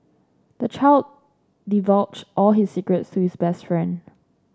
the child divulged all his secrets to his best friend